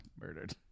murdered